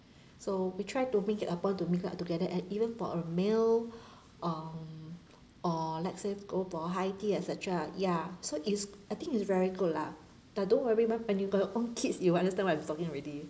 so we try to make it a point to meet up together and even for a meal um or let's say go for high tea et cetera ya so it's I think it's very good lah but don't worry when when you got your own kids you'll understand what I'm talking already